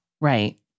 Right